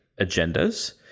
agendas